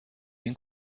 این